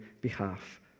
behalf